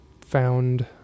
found